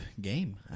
game